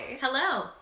Hello